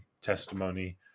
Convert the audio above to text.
testimony